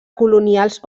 colonials